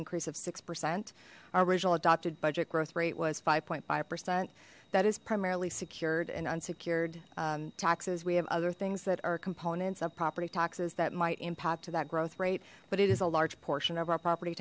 increase of six percent our original adopted budget growth rate was five point five percent that is primarily secured and unsecured taxes we have other things that are components of property taxes that might impact to that growth rate but it is a large portion of our property